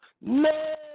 No